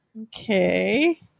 Okay